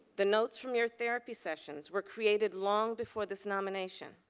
the notes from your therapy sessions were created long before this nomination.